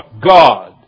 God